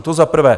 To za prvé.